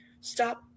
stop